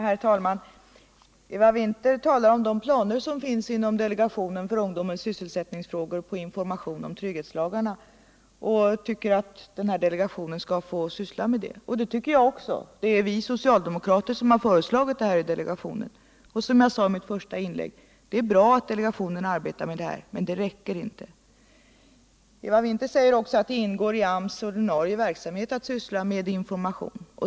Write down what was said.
Herr talman! Eva Winther talar om de planer som finns inom delegationen för ungdomens sysselsättningsfrågor rörande information om trygghetslagarna och tycker att delegationen skall få syssla med detta. Det tycker jag också — det är vi socialdemokrater som föreslagit det i delegationen. Som jag sade i mitt första inlägg: Det är bra att delegationen arbetar med det här, men det räcker inte. Eva Winther säger också att det ingår i AMS ordinarie verksamhet att syssla med information.